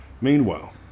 Meanwhile